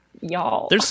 y'all